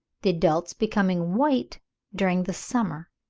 the adults becoming white during the summer.